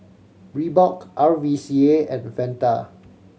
Reebok R V C A and Fanta